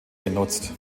genutzt